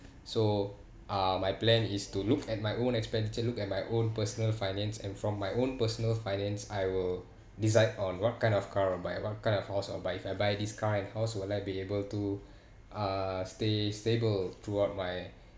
so uh my plan is to look at my own expenditure look at my own personal finance and from my own personal finance I will decide on what kind of car I'll buy what kind of house I'll buy if I buy this car and house will I be able to uh stay stable throughout my